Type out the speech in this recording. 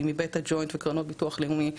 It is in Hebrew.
שהיא מבית הג׳וינט ומהביטוח הלאומי.